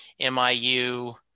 MIU